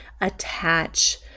attach